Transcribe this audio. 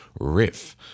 riff